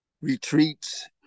retreats